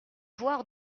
voir